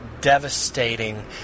devastating